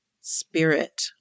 spirit